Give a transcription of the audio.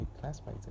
classmates